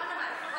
לא הלאמה.